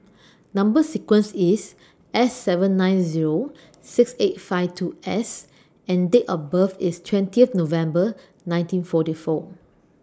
Number sequence IS S seven nine Zero six eight five two S and Date of birth IS twentieth November nineteen forty four